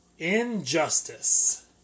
Injustice